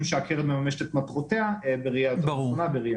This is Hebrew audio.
שהקרן מממשת את מטרותיה בראייה יותר רחבה.